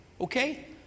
okay